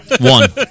One